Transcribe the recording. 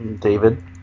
David